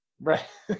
Right